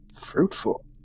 Fruitful